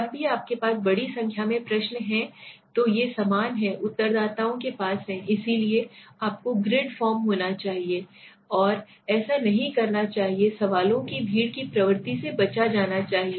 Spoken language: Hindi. जब भी आपके पास बड़ी संख्या में प्रश्न हैं तो ये समान हैं उत्तरदाताओं के पास है इसलिए आपको ग्रिड फॉर्म होना चाहिए और ऐसा नहीं करना चाहिए सवालों की भीड़ की प्रवृत्ति से बचा जाना चाहिए